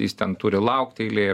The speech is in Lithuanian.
jis ten turi laukt eilė